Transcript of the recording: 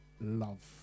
love